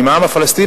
עם העם הפלסטיני,